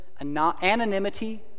anonymity